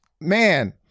man